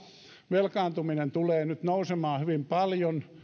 velkaantuminen tulee nyt nousemaan hyvin paljon